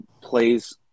plays